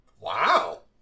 Wow